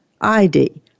ID